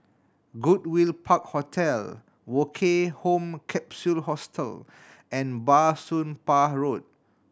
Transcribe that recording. Goodwood Park Hotel Woke Home Capsule Hostel and Bah Soon Pah Road